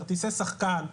כרטיסי שחקן,